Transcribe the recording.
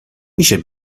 میشه